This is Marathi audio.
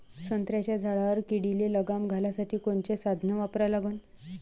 संत्र्याच्या झाडावर किडीले लगाम घालासाठी कोनचे साधनं वापरा लागन?